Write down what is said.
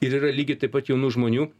ir yra lygiai taip pat jaunų žmonių